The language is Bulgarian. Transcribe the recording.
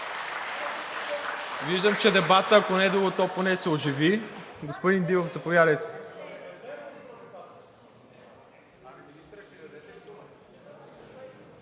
Виждам, че дебатът, ако не друго, то поне се оживи. Господин Дилов, заповядайте.